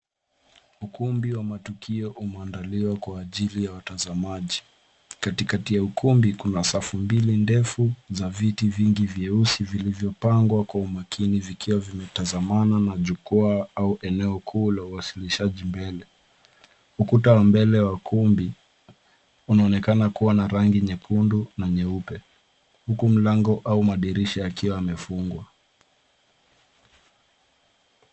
Ukumbi wa matukio umeandaliwa kwa ajili ya watazamaji, katikati ya ukumbi kuna safu mbili ndefu za viti vingi vyeusi vilivyopangwa kwa umakini vikiwa vimetazamana na jukwaa au eneo kuu la uwasilishaji mbele . Ukuta wa mbele wa ukumbi unaonekana kuwa na rangi nyekundu na nyeupe , huku mlango au madirisha yakiwa yamefungwa.